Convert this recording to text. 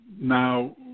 now